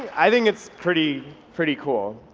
i think it's pretty pretty cool.